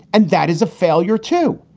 and that is a failure, too.